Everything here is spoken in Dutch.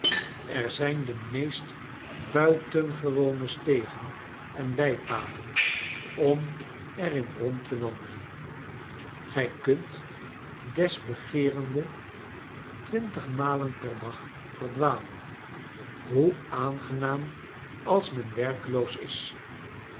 er zijn de meest buitengewone stegen en bijpaden om er in rond te wandelen g-ij kunt desbegeerende twintigmalen per dag verdwalen hoe aangenaam als men werkeloos is